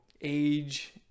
age